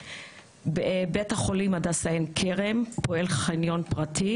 בבית החולים הדסה עין כרם פועל חניון פרטי.